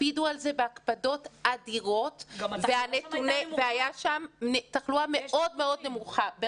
הקפידו על זה בהקפדות אדירות והייתה שם תחלואה מאוד מאוד נמוכה,